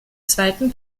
zweiten